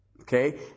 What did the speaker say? Okay